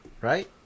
right